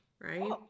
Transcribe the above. right